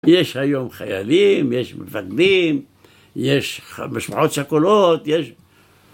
יש היום חיילים, יש מפקדים, יש משפחות שכולות, יש...